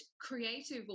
creative